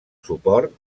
suport